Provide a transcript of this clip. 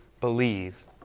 believe